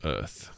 Earth